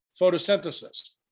Photosynthesis